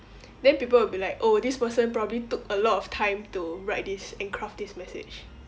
then people will be like oh this person probably took a lot of time to write this and craft this message